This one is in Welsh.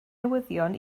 newyddion